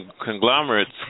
conglomerates